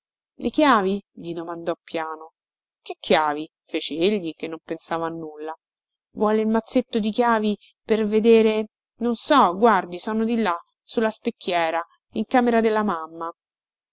le chiavi gli domandò piano che chiavi fece egli che non pensava a nulla vuole il mazzetto di chiavi per vedere non so guardi sono di là su la specchiera in camera della mamma